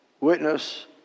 witness